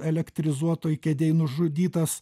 elektrizuotoj kėdėj nužudytas